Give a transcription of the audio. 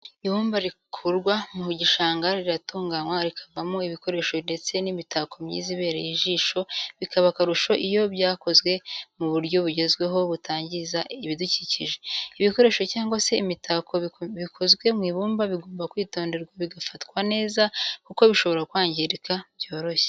Ibumba rikurwa mu gishanga riratunganywa rikavamo ibikoresho ndetse n'imitako myiza ibereye ijisho bikaba akarusho iyo byakozwe mu buryo bugezweho butangiza ibidukikije. ibikoresho cyangwa se imitako bikozwe mu ibumba bigomba kwitonderwa bigafatwa neza kuko bishobora kwangirika byoroshye.